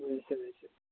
বুজিছোঁ বুজিছোঁ